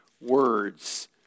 words